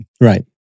Right